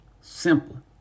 Simple